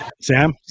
Sam